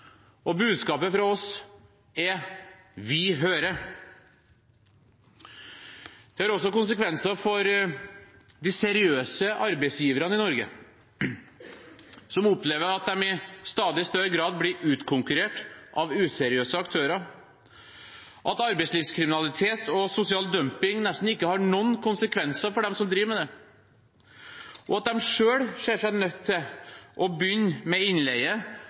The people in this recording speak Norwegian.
og budskapet fra oss er: Vi hører. Det har også konsekvenser for de seriøse arbeidsgiverne i Norge, som opplever at de i stadig større grad blir utkonkurrert av useriøse aktører, at arbeidslivskriminalitet og sosial dumping nesten ikke har noen konsekvenser for dem som driver med det, og at de selv ser seg nødt til å begynne med innleie